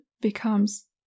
becomes